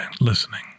listening